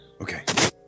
Okay